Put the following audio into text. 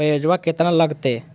ब्यजवा केतना लगते?